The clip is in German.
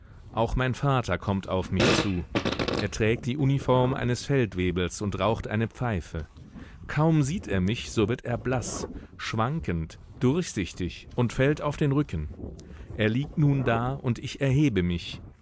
auch mein vater kommt auf mich zu er trägt die uniform eines feldwebels und raucht eine pfeife kaum sieht er mich so wird er blaß schwankend durchsichtig und fällt auf den rücken er liegt nun da und ich erhebe mich